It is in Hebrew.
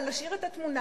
אבל להשאיר את התמונה.